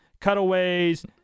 cutaways